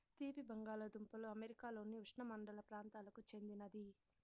తీపి బంగాలదుంపలు అమెరికాలోని ఉష్ణమండల ప్రాంతాలకు చెందినది